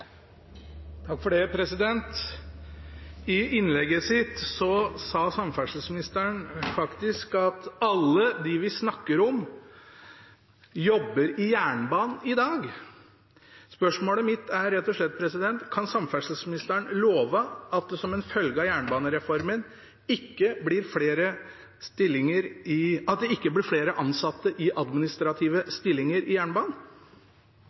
I innlegget sitt sa samferdselsministeren faktisk at alle dem vi snakker om, jobber i jernbanen i dag. Spørsmålet mitt er rett og slett: Kan samferdselsministeren love at det som en følge av jernbanereformen ikke blir flere ansatte i administrative stillinger i jernbanen? Når reformen er gjennomført, vil det ikke være flere folk som driver med papirflytting i